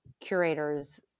curators